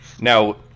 Now